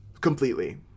completely